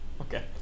Okay